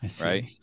Right